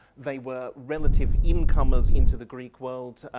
they were relative incomers into the greek world,